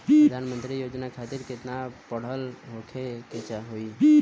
प्रधानमंत्री योजना खातिर केतना पढ़ल होखे के होई?